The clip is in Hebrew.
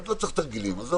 לא צריך תרגילים, עזוב.